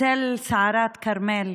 בצל סערת כרמל,